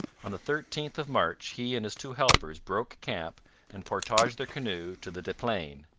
on the thirteenth of march he and his two helpers broke camp and portaged their canoe to the des plaines.